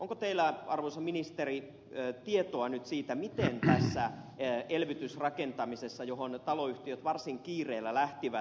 onko teillä arvoisa ministeri tietoa nyt siitä miten laatu toteutuu tässä elvytysrakentamisessa johon taloyhtiöt varsin kiireellä lähtivät